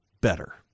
better